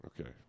Okay